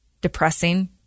depressing